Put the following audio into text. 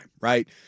right